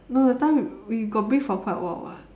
no that time we got briefed for quite a while [what]